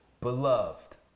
Beloved